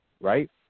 right